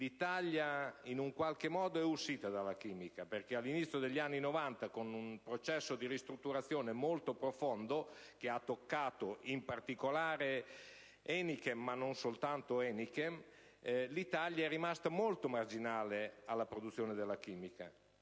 l'Italia in qualche modo è uscita dalla chimica, perché all'inizio degli anni '90, con un processo di ristrutturazione molto profondo, che ha toccato in particolare Enichem, ma non soltanto, è rimasta molto marginale rispetto alla produzione della chimica,